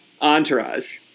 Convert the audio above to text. Entourage